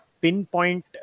pinpoint